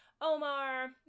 Omar